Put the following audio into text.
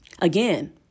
again